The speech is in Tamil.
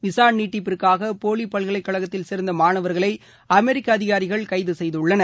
விசா நீட்டிப்பிற்காக போலி பல்கலைக்கழகத்தில் சேர்ந்த மாணவர்களை அமெரிக்க அதிகாரிகள் கைது செய்துள்ளனர்